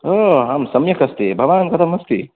हो अहं सम्यकस्मि भवान् कथमस्ति